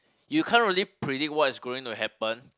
you can't really predict what is going to happen